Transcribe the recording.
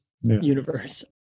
universe